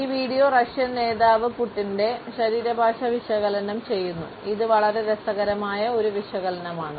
ഈ video Russian നേതാവ് പുട്ടിന്റെ ശരീരഭാഷ വിശകലനം ചെയ്യുന്നു ഇത് വളരെ രസകരമായ ഒരു വിശകലനമാണ്